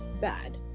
bad